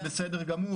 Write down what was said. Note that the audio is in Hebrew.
זה בסדר גמור,